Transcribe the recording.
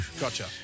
Gotcha